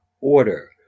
order